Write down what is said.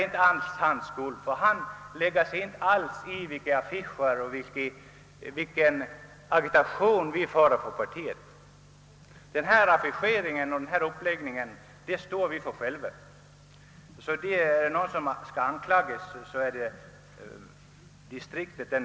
Jag vill med anledning av detta hennes påstående framhålla att herr Hedlund inte alls lägger sig i vilka affischer vi använder och vilken agitation vi för. Det svarar vi själva för. Är det någon som skall anklagas är det alltså distriktet.